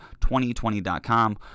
2020.com